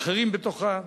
אחרים בתוכה.